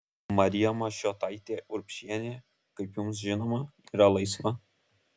marija mašiotaitė urbšienė kaip jums žinoma yra laisva